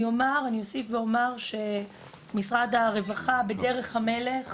אני אוסיף ואומר, שמשרד הרווחה בדרך המלך